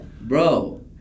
bro